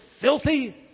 filthy